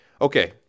Okay